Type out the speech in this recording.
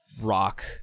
rock